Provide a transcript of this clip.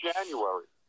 January